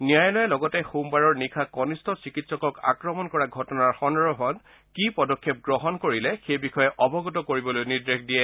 ন্যায়ালয়ে লগতে সোমবাৰৰ নিশা কনিষ্ঠ চিকিৎসকক আক্ৰমণ কৰা ঘটনাৰ সন্দৰ্ভত কি পদক্ষেপ গ্ৰহণ কৰিলে সেই বিষয়ে অৱগত কৰিবলৈ নিৰ্দেশ দিয়ে